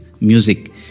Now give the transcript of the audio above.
music